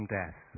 death